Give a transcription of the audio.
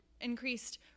increased